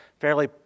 fairly